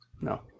No